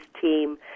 team